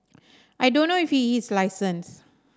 I don't know if he is licensed